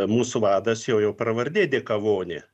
mūsų vadas jo jau pravardė dėkavonė